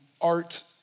art